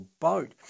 boat